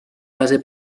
base